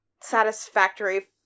satisfactory